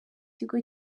kigo